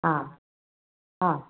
हा हा